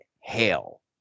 hell